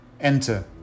enter